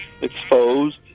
exposed